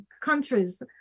countries